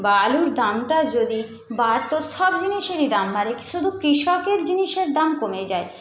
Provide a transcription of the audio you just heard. বা আলুর দামটা যদি বাড়তো সব জিনিসেরই দাম বাড়ে শুধু কৃষকের জিনিসের দাম কমে যায়